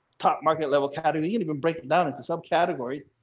top market level category and even break it down into subcategories,